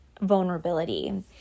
vulnerability